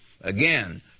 Again